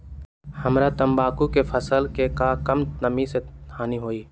हमरा तंबाकू के फसल के का कम नमी से हानि होई?